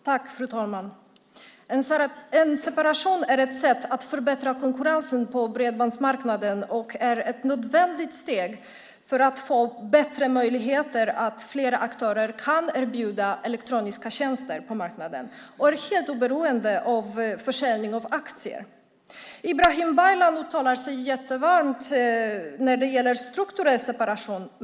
Fru talman! En separation är ett sätt att förbättra konkurrensen på bredbandsmarknaden och är ett nödvändigt steg för att få bättre möjligheter så att fler aktörer kan erbjuda elektroniska tjänster på marknaden och är helt oberoende av försäljning av aktier. Ibrahim Baylan talar sig varm för strukturell separation.